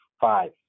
five